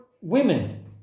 women